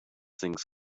things